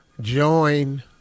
Join